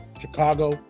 Chicago